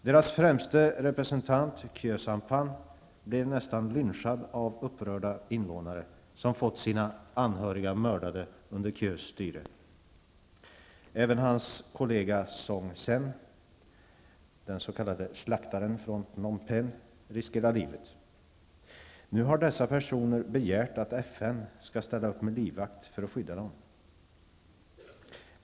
Deras främste representant, Khieu Samphan, blev nästan lynchad av upprörda invånare som fått sina ansvariga mördade under Khieus styre. Även hans kollega Son Sen, den s.k. slaktaren från Phnom Penh, riskerar livet. Nu har dessa personer begärt att FN skall ställa upp med livvakt för att skydda dem.